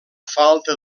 falta